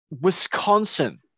Wisconsin